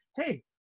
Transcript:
hey